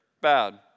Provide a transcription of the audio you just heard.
bad